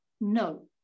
no